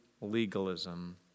legalism